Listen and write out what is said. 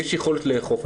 יש יכולת לאכוף,